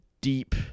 deep